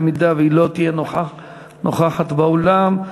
במידה שהיא לא תהיה נוכחת באולם,